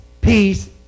peace